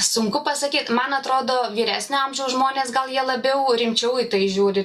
sunku pasakyt man atrodo vyresnio amžiaus žmonės gal jie labiau rimčiau į tai žiūri